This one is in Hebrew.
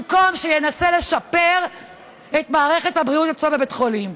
במקום שינסה לשפר את מערכת הבריאות אצלו בבית חולים.